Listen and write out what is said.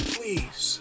Please